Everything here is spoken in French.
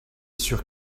sur